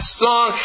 song